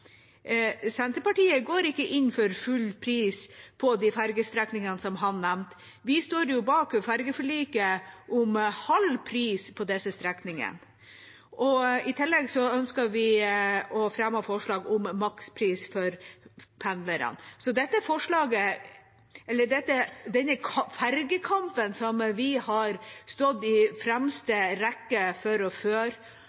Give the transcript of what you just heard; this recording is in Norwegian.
Senterpartiet går ikke inn for full pris på de fergestrekningene som han nevnte, vi står bak fergeforliket om halv pris på disse strekningene. I tillegg ønsker vi og fremmer forslag om makspris for pendlere. Så denne fergekampen som vi har stått i